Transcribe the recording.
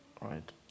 Right